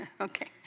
okay